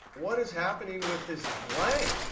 what is happening with this blank?